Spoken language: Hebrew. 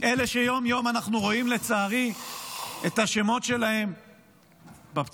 אלה שיום-יום אנחנו רואים לצערי את השמות שלהם בפצועים,